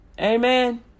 Amen